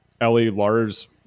Ellie-Lars